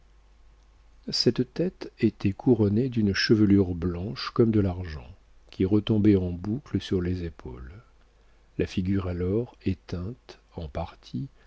cette tête était couronnée d'une chevelure blanche comme de l'argent qui retombait en boucles sur les épaules la figure alors éteinte en partie